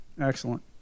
Excellent